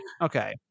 okay